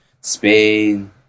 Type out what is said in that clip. Spain